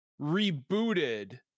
rebooted